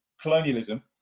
colonialism